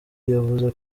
yavuze